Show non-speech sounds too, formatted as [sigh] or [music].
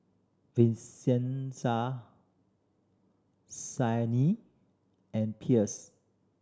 Vincenza [unintelligible] and Pierce